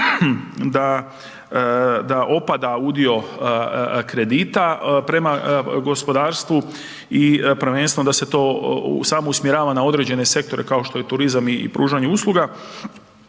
da opada udio kredita prema gospodarstvu i prvenstveno da se to samo usmjerava na određene sektore kao što je turizam i pružanje usluga,